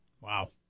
Wow